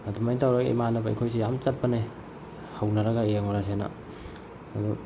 ꯑꯗꯨꯃꯥꯏ ꯇꯧꯔꯒ ꯏꯃꯥꯟꯅꯕ ꯑꯩꯈꯣꯏꯁꯦ ꯌꯥꯝ ꯆꯠꯄꯅꯦ ꯍꯧꯅꯔꯒ ꯌꯦꯡꯉꯨꯔꯁꯦꯅ ꯑꯗꯨ